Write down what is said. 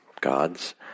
gods